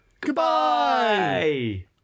goodbye